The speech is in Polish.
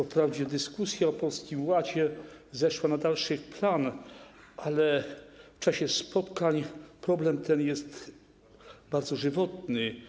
Wprawdzie dyskusja o Polskim Ładzie zeszła na dalszy plan, ale w czasie spotkań problem ten jest bardzo żywotny.